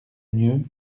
mieux